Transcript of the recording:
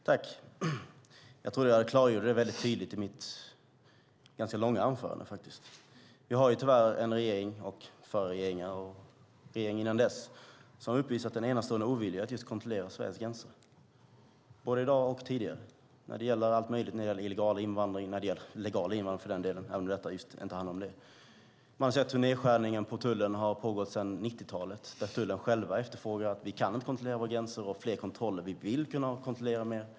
Fru talman! Jag tyckte att jag klargjorde detta i mitt ganska långa anförande. Tyvärr har vi och har haft regeringar som har uppvisat en enastående ovilja att just kontrollera Sveriges gränser. Så är det i dag, och så har det varit tidigare när det gäller allt möjligt: både illegal invandring och legal invandring, även om det här ärendet inte handlar om just detta. Man har sett hur nedskärningen på tullen har pågått sedan 90-talet. Tullen säger själv: Vi kan inte kontrollera våra gränser och ha fler kontroller. Vi vill kunna kontrollera mer.